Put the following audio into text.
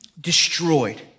destroyed